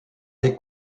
des